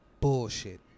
bullshit